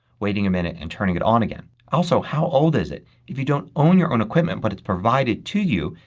waiting a minute, and turning it on again. also, how old is it. if you don't own your own equipment but it's provided to you,